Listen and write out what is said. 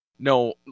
No